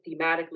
thematically